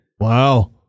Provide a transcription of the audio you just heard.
Wow